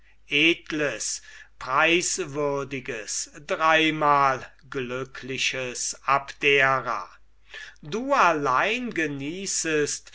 edles preiswürdiges dreimal glückliches abdera du allein genießest